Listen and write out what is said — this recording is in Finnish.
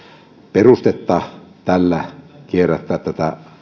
perustetta tällä kierrättää tätä